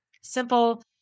simple